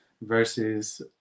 versus